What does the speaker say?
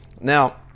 Now